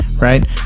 right